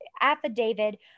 affidavit